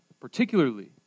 particularly